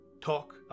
Talk